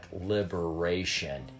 Liberation